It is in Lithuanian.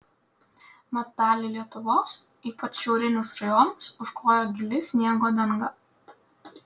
mat dalį lietuvos ypač šiaurinius rajonus užklojo gili sniego danga